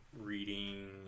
reading